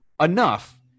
Enough